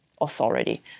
authority